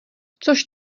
což